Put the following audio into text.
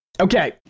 Okay